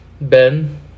Ben